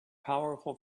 powerful